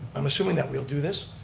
i'm assuming that we'll do this,